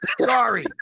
Sorry